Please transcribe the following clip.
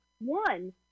one